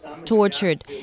Tortured